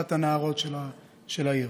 קבוצת הנערות של העיר.